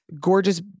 gorgeous